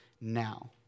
now